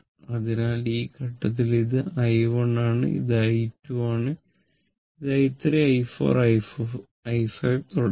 അതിനാൽ ഈ ഘട്ടത്തിൽ ഇത് i1 ആണ് ഇത് i2 ആണ് ഇത് i3 i4 i5 തുടങ്ങിയവ